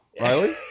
Riley